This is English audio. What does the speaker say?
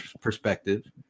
perspective